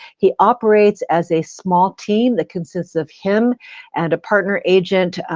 he operates as a small team the consists of him and a partner agent,